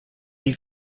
you